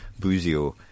Buzio